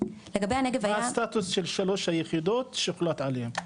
מה הסטטוס של שלוש היחידות שדיברת עליהן?